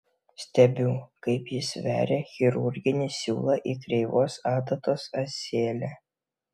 stebiu kaip jis veria chirurginį siūlą į kreivos adatos ąselę